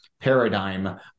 paradigm